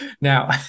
Now